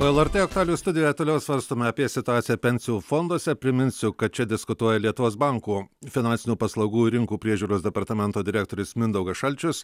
lrt aktualijų studijoje toliau svarstome apie situaciją pensijų fonduose priminsiu kad čia diskutuoja lietuvos banko finansinių paslaugų rinkų priežiūros departamento direktorius mindaugas šalčius